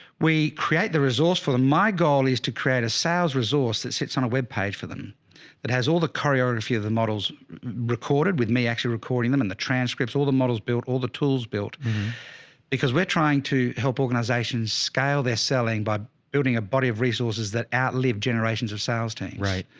we create the resource for them. my goal is to create a sales resource that sits on a webpage for them that has all the choreography of the models recorded with me actually recording them and the transcripts, all the models built, all the tools built because we're trying to help organizations scale their selling by building a body of resources that outlived generations of sales teams. right?